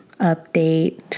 update